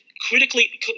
critically